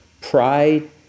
Pride